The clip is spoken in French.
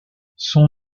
son